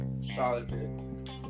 Solid